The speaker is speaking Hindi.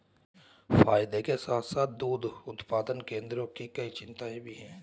फायदे के साथ साथ दुग्ध उत्पादन केंद्रों की कई चिंताएं भी हैं